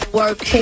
work